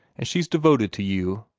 and she's devoted to you,